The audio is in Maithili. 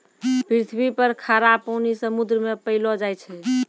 पृथ्वी पर खारा पानी समुन्द्र मे पैलो जाय छै